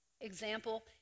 example